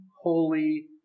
holy